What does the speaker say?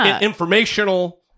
informational